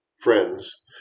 friends